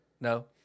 no